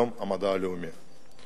יום המדע הלאומי.